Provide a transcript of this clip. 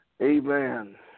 Amen